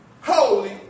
holy